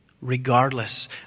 Regardless